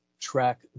track